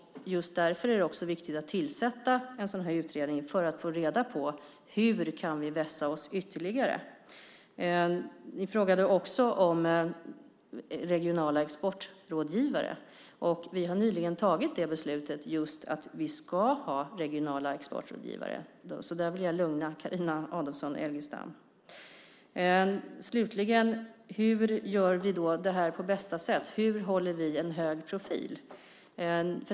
Just därför är det också viktigt att tillsätta en sådan här utredning för att få reda på hur vi kan vässa oss ytterligare. Ni frågade också om regionala exportrådgivare. Vi har nyligen fattat beslutet att vi ska ha regionala exportrådgivare. Där vill jag lugna Carina Adolfsson Elgestam. Hur gör vi då det här på bästa sätt? Hur håller vi en hög profil?